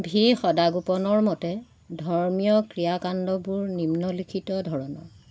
V সদাগোপনৰ মতে ধৰ্মীয় ক্ৰিয়া কাণ্ডবোৰ নিম্নোল্লিখিত ধৰণৰ